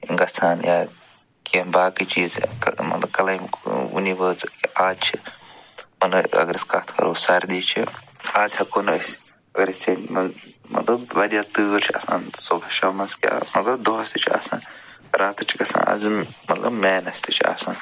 گژھان یا کیٚنہہ باقٕے چیٖز کٕلایم وٕنی وٲژ آز چھِ پَنٕنۍ اگر أسۍ کَتھ کَرَو سردی چھِ آز ہٮ۪کَو نہٕ أسۍ أرِ سٮ۪ندِ منٛز مطلب واریاہ تۭر چھِ آسان صُبحَس شامَس کیٛاہ مطلب دۄہَس تہِ چھِ آسان راتَس چھِ گژھان آز مطلب مینَس تہِ چھِ آسان